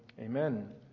Amen